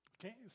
Okay